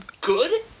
good